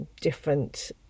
different